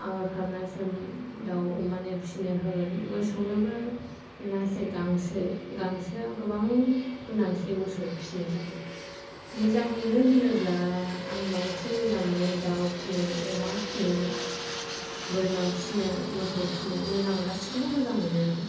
आबाद खालामनानैसो दाउ अमानो फिसिनो होगोन मोसौनोबो गोनांथि गांसो गांसोआ गोबां गोनांथि मोसौ फिसिनो थाखाय मोजां मोनो होनोब्ला आं बांसिन मोजां मोनो दाउ फिसिनो अमा फिसिनो बोरमा फिसिनो मोसौ फिसिनो मोजां गासैखौबो मोजां मोनो